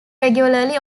regularly